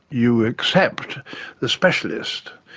you accept the specialist.